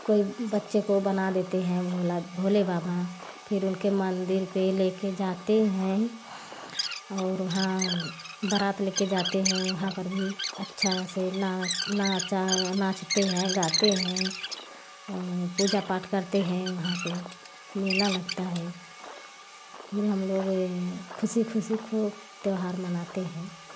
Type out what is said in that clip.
कोई बच्चे को बनाते देते हैं भोला भोले बाबा फिर उनके मंदिर ले कर जाते हैं और वहाँ बारात ले कर जाते हैं वहाँ पर भी अच्छा से ना ना चा नाचते हैं गाते हैं पूजा पाठ करते हैं वहां पर मेला लगता है फिर हम लोग ख़ुशी ख़ुशी खूब त्योहार मनाते हैं